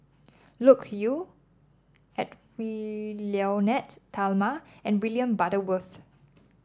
Loke Yew Edwy Lyonet Talma and William Butterworth